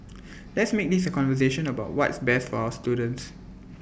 let's make this A conversation about what's best for our students